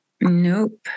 Nope